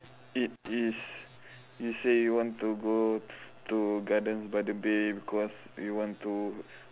it is you say you want to go to Gardens-by-the-Bay because you want to